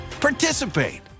participate